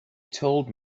told